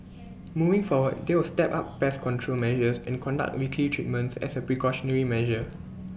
moving forward they will step up pest control measures and conduct weekly treatments as A precautionary measure